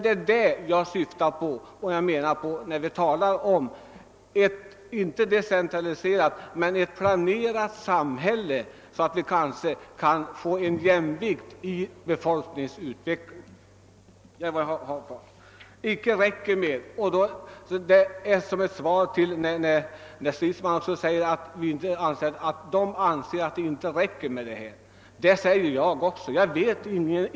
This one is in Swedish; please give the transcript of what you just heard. Det är det vi syftar på när vi talar om inte ett decentraliserat men väl ett planerat samhälle, så att vi kan få jämvikt i befolkningsutvecklingen. Herr Stridsman säger att man i hans parti anser att det inte räcker med vad som hittills gjorts, och det instämmer jag i.